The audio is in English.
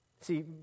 See